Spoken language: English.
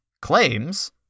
claims